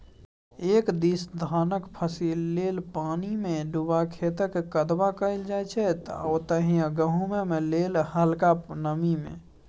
एक दिस धानक फसिल लेल पानिमे डुबा खेतक कदबा कएल जाइ छै ओतहि गहुँमक लेल हलका नमी मे